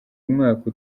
umwaka